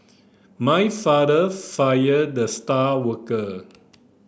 my father fired the star worker